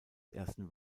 ersten